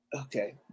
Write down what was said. Okay